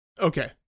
Okay